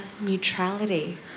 neutrality